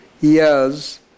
years